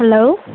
hello